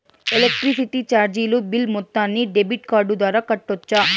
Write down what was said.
Electricity చార్జీలు bill మొత్తాన్ని debit card ద్వారా కట్టొచ్చా?